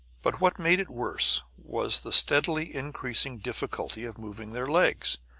but what made it worse was the steadily increasing difficulty of moving their legs.